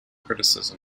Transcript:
criticism